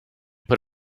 put